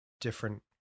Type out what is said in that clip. different